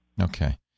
Okay